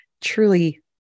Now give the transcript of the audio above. truly